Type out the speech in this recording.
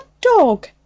dog